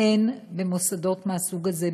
הן במוסדות מהסוג הזה,